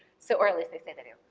so or at least they say they do.